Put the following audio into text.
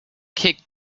kicked